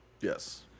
Yes